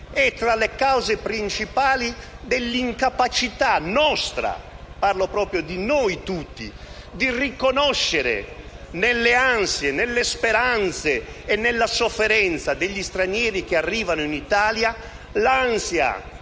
sia tra le cause principali dell'incapacità nostra - parlo proprio di noi tutti - di riconoscere nelle ansie, nelle speranze e nella sofferenza degli stranieri che arrivano in Italia l'ansia,